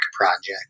project